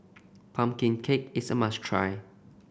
pumpkin cake is a must try